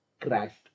crashed